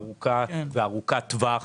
אדוני